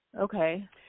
okay